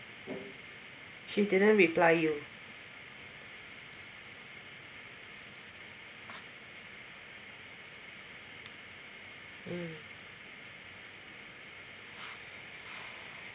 he didn't reply you mm